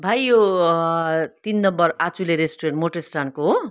भाइ यो तिन नम्बर आचुले रेस्टुरेन्ट मोटर स्ट्यान्डको हो